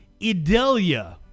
Idelia